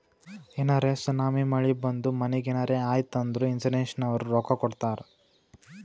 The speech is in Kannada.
ಏನರೇ ಸುನಾಮಿ, ಮಳಿ ಬಂದು ಮನಿಗ್ ಏನರೇ ಆಯ್ತ್ ಅಂದುರ್ ಇನ್ಸೂರೆನ್ಸನವ್ರು ರೊಕ್ಕಾ ಕೊಡ್ತಾರ್